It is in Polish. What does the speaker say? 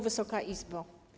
Wysoka Izbo!